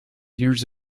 years